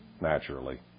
naturally